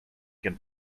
can